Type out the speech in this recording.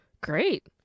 great